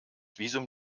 visum